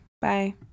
Bye